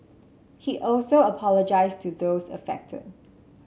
he also apologised to those affected